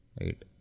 right